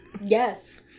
Yes